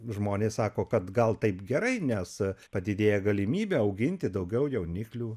žmonės sako kad gal taip gerai nes padidėja galimybė auginti daugiau jauniklių